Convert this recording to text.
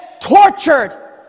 tortured